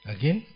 Again